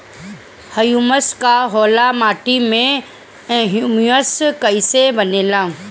Humus का होला माटी मे ह्यूमस कइसे बनेला?